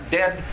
dead